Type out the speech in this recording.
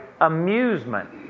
amusement